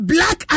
Black